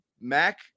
Mac